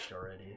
already